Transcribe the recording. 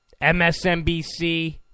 MSNBC